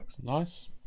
Nice